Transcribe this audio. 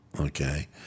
okay